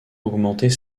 augmenter